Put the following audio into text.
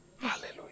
Hallelujah